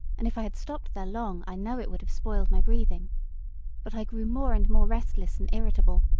and if i had stopped there long i know it would have spoiled my breathing but i grew more and more restless and irritable,